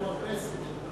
מאמץ פיזי.